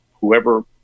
whoever